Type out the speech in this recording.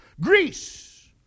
Greece